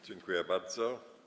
Dziękuję bardzo.